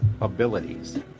abilities